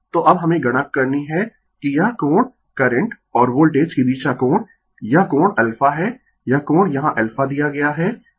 तो अब हमें गणना करनी है कि यह कोण करंट और वोल्टेज के बीच का कोण यह कोण अल्फा है यह कोण यहाँ अल्फा दिया गया है